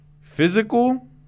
physical